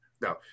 No